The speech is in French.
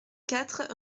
quatre